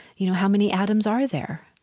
you know how many atoms are there?